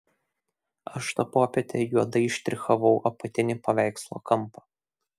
aš tą popietę juodai štrichavau apatinį paveikslo kampą